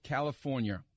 California